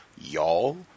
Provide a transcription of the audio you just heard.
y'all